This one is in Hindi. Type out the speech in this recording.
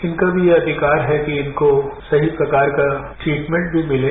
इनका भी यह अधिकार है कि इनको सही प्रकार का ट्रिटमेंट भी मिले